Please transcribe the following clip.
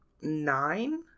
nine